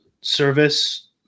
service